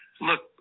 Look